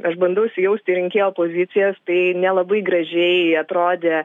aš bandau įsijausti į rinkėjo pozicijas tai nelabai gražiai atrodė